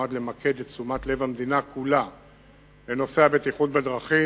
נועד למקד את תשומת הלב של המדינה כולה לנושא הבטיחות בדרכים,